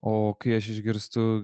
o kai aš išgirstu